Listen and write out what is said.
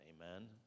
Amen